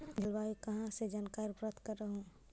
जलवायु कहा से जानकारी प्राप्त करहू?